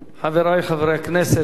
חברי חברי הכנסת,